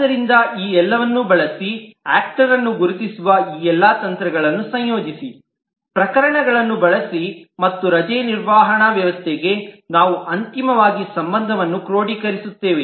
ಆದ್ದರಿಂದ ಈ ಎಲ್ಲವನ್ನು ಬಳಸಿ ಆಕ್ಟರನ್ನು ಗುರುತಿಸುವ ಈ ಎಲ್ಲಾ ತಂತ್ರಗಳನ್ನು ಸಂಯೋಜಿಸಿ ಪ್ರಕರಣಗಳನ್ನು ಬಳಸಿ ಮತ್ತು ರಜೆ ನಿರ್ವಹಣಾ ವ್ಯವಸ್ಥೆಗೆ ನಾವು ಅಂತಿಮವಾಗಿ ಸಂಬಂಧವನ್ನು ಕ್ರೋಢೀಕರಿಸುತ್ತೇವೆ